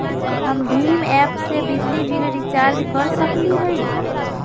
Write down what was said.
हम भीम ऐप से बिजली बिल रिचार्ज कर सकली हई?